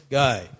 guy